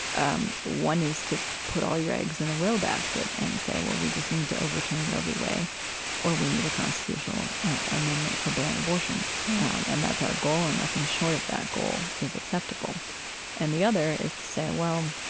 um one is to put all your eggs in the roe basket and say, well, we just need to overturn roe v. wade or we need a constitutional amendment to ban abortion um and that's our goal and nothing short of that goal is acceptable and the other is to say, well,